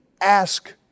ask